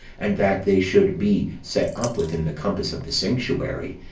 and that they should be set up within the compass of the sanctuary,